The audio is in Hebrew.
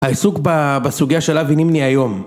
העיסוק בסוגיה של אבי נימני היום